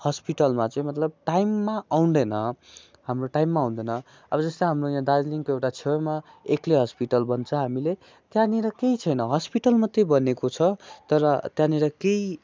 हस्पिटलमा चाहिँ मतलब टाइममा आउँदैन हाम्रो टाइममा आउँदैन अब जस्तो हाम्रो यहाँ दार्जिलिङको एउटा छेउमा एक्ले हस्पिटल भन्छ हामीले त्यहाँनिर केही छैन हस्पिटल मात्रै बनेको छ तर त्यहाँनिर केही